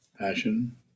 Passion